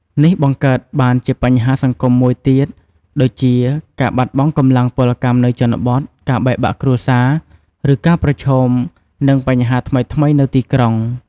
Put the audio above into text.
នេះបង្កើតបានជាបញ្ហាសង្គមមួយទៀតដូចជា ការបាត់បង់កម្លាំងពលកម្មនៅជនបទ ការបែកបាក់គ្រួសារ ឬការប្រឈមនឹងបញ្ហាថ្មីៗនៅទីក្រុង។